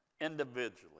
individually